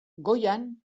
goian